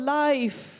life